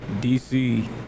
DC